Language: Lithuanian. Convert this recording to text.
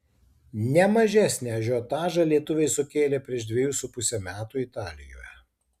ne mažesnį ažiotažą lietuviai sukėlė prieš dvejus su puse metų italijoje